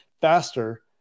faster